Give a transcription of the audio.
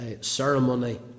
ceremony